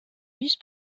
vice